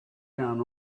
down